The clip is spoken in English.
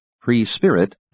pre-spirit